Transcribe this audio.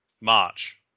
march